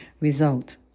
result